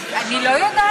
לא,